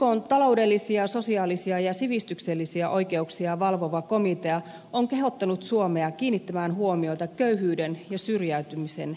ykn taloudellisia sosiaalisia ja sivistyksellisiä oikeuksia valvova komitea on kehottanut suomea kiinnittämään huomiota köyhyyden ja syrjäytymisen ehkäisemiseen